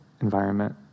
environment